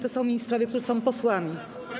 To są ministrowie, którzy są posłami.